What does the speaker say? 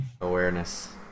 awareness